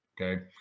Okay